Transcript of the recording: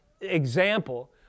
example